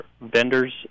vendors